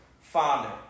Father